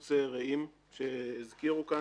קיבוץ רעים שהזכירו כאן,